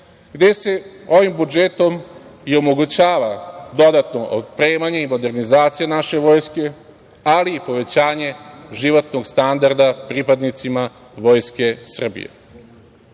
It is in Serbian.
gde se ovim budžetom i omogućava dodatno opremanje i modernizacija naše vojske, ali i povećanje životnog standarda pripadnicima Vojske Srbije. Nacrtom